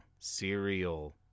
Cereal